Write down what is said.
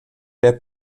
der